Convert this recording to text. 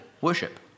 worship